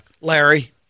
Larry